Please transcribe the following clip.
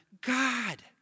God